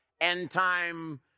end-time